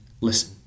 listen